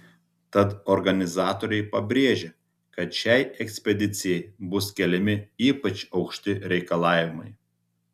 tad organizatoriai pabrėžia kad šiai ekspedicijai bus keliami ypač aukšti reikalavimai